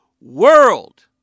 world